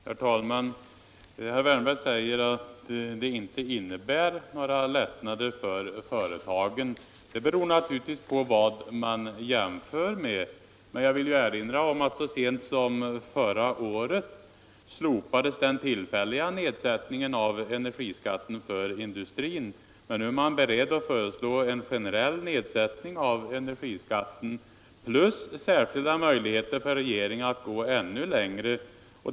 Herr talman! Herr Wärnberg säger att det inte blir några större lättnader för företagen. Det beror naturligtvis på vad man jämför med. Jag vill erinra om att den tillfälliga nedsättningen av energiskatten för industrin slopades så sent som förra året men att man nu är beredd att föreslå en generell nedsättning av energiskatten plus särskilda möjligheter för regeringen att gå ännu längre.